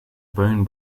bone